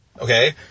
Okay